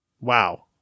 Wow